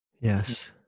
Yes